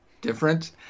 different